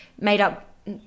made-up